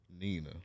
Nina